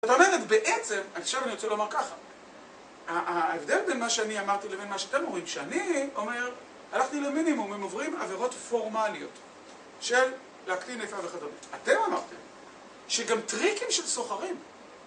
את אומרת בעצם, עכשיו אני רוצה לומר ככה ההבדל בין מה שאני אמרתי לבין מה שאתם אומרים שאני, אומר, הלכתי למינימום, הם עוברים עבירות פורמליות של להקטין... אתם אמרתם שגם טריקים של סוחרים